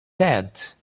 tent